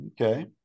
okay